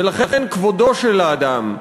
ולכן כבודו של האדם,